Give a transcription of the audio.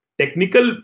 technical